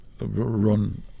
run